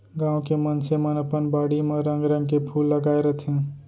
गॉंव के मनसे मन अपन बाड़ी म रंग रंग के फूल लगाय रथें